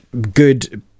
Good